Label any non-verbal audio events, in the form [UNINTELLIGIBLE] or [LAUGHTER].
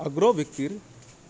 [UNINTELLIGIBLE]